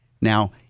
Now